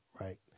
right